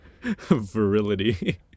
Virility